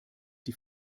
die